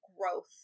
growth